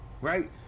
Right